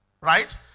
Right